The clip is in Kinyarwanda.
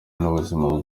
n’ubuzima